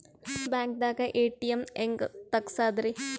ಬ್ಯಾಂಕ್ದಾಗ ಎ.ಟಿ.ಎಂ ಹೆಂಗ್ ತಗಸದ್ರಿ?